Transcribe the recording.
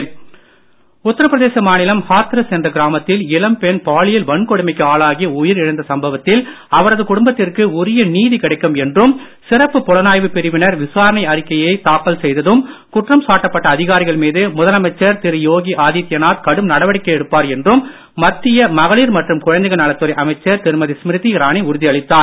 உத்தரபிரதேசம் உத்தரபிரதேச மாநிலம் ஹத்ராஸ் என்ற கிராமத்தில் இளம் பெண் பாலியல் வன்கொடுமைக்கு ஆளாகி உயிரிழந்த சம்பவத்தில் அவளது குடும்பத்திற்கு உரிய நீதி கிடைக்கும் என்றும் சிறப்பு புலனாய்வு பிரிவினர் விசாரணை அறிக்கையை தாக்கல் செய்தும் குற்றம் சாட்டப்பட்ட அதிகாரிகள் மீது முதலமைச்சர் திரு யோகி ஆதித்யநாத் கடும் நடவடிக்கை எடுப்பார் என்றும் மத்திய மகளிர் மற்றும் குழந்தைகள் நலத்துறை அமைச்சர் திருமதி ஸ்மிரிதி இரானி உறுதி அளித்தார்